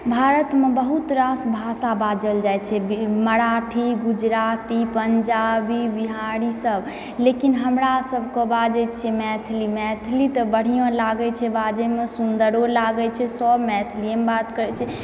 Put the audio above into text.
भारतमे बहुत रास भाषा बाजल जाइ छै मराठी गुजराती पंजाबी बिहारी सब लेकिन हमरा सब के बाजै छी मैथिली मैथिली तऽ बढ़िऑं लागै छै बाजैमे सुन्दरो लागै छै सब मैथिलीये मे बात करै छै